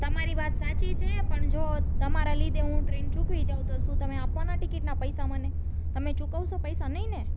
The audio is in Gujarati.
તમારી વાત સાચી છે પણ જો તમારા લીધે હું ટ્રેન ચૂકી જઉં તો શું તમે મને આપવાના ટિકિટના પૈસા મને તમે ચુકવશો પૈસા નહીં ને